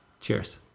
Cheers